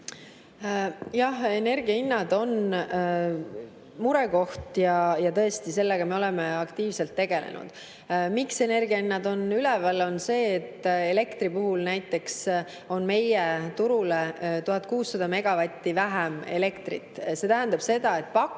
Jah, energiahinnad on murekoht ja tõesti, sellega me oleme aktiivselt tegelenud. Põhjus, miks energiahinnad on üleval, on see, et elektri puhul näiteks on meie turul 1600 megavatti vähem elektrit. See tähendab seda, et